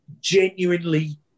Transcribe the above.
genuinely